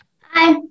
Hi